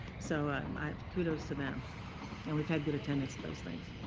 so um kudos to them and we've had good attendance those things.